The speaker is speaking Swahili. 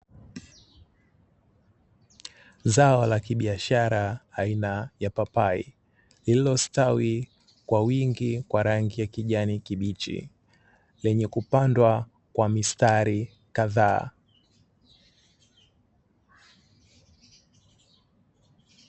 Zao la kibiashara aina ya papai lililostawi kwa wingi kwa rangi ya kijani kibichi, lenye kupandwa kwa mistari kadhaa.